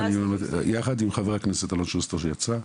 אני יחד עם חבר הכנסת אלון שוסטר שיצא,